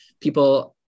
People